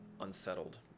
unsettled